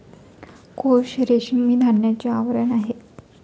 कोश रेशमी धाग्याचे आवरण आहे